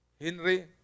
Henry